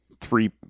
three